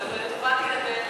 תודה, אבל, לטובת ילדינו.